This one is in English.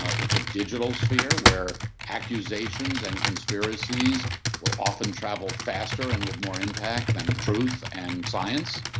it's a digital sphere where accusations and conspiracies will often travel faster and with more impact than truth and science,